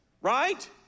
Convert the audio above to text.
right